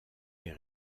les